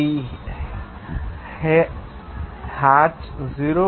7Cpacetone హెట్ 0